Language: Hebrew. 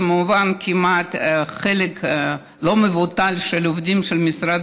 וכמובן חלק לא מבוטל של העובדים של משרד